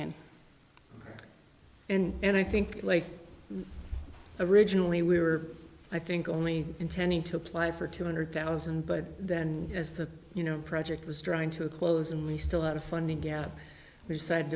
in in and i think like originally we were i think only intending to apply for two hundred thousand but then as the you know project was drawing to a close and we still out of funding gap we said